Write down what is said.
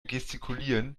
gestikulieren